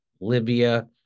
Libya